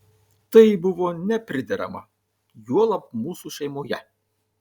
tai buvo nepriderama juolab mūsų šeimoje